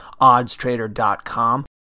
OddsTrader.com